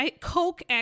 coke